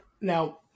now